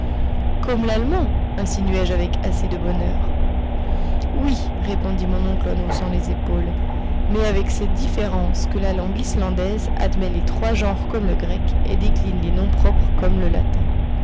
comme l'allemand insinuai je avec assez de bonheur oui répondit mon oncle en haussant les épaules mais avec cette différence que la langue islandaise admet les trois genres comme le grec et décline les noms propres comme le latin